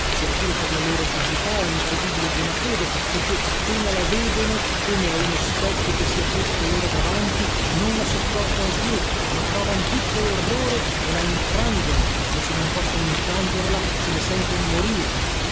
sia pure per la loro cecità o incredibile buonafede perché appena la vedono come a uno specchio che sia posto loro davanti non la sopportano più ne provan tutto lorrore e la infrangono o se non possono infrangerla se ne senton morire